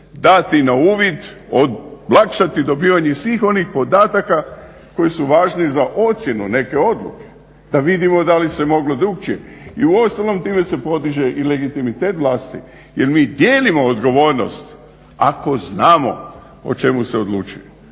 dati na uvid, olakšati dobivanje svih onih podataka koji su važni za ocjenu neke odluke da vidimo da li se moglo drukčije. I uostalom time se podiže i legitimitet vlasti jer mi dijelimo odgovornost ako znamo o čemu se odlučuje